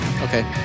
Okay